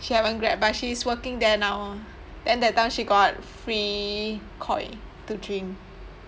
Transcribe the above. she haven't grad but she's working there now then that time she got free koi to drink